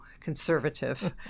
conservative